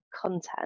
content